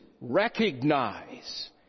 recognize